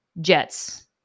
Jets